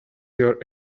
your